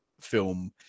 film